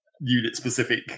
unit-specific